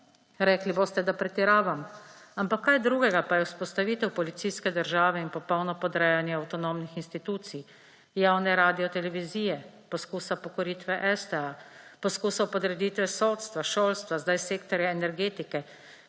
Rekli boste, da pretiravam, ampak kaj drugega pa je vzpostavitev policijske države in popolno podrejanje avtonomnih institucij, javne radiotelevizije, poskusa pokoritve STA, poskusa podreditve sodstva, šolstva, zdaj sektorja energetike.